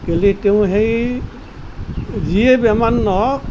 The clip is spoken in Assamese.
গ'লে তেওঁ সেই যিয়ে বেমাৰ নহওক